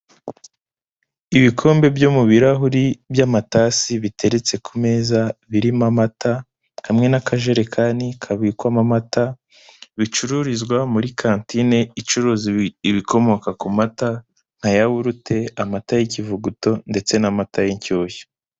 Ibikombe byo mu birahuri by'amatasi biteretse ku meza, birimo amata, hamwe n'akajerekani kabikwamo amata, bicururizwa muri kantine, icuruza ibikomoka ku mata, nka yawurute, amata y'ikivuguto ndetse n'amata y'inshyushyu.